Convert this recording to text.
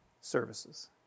services